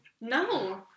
no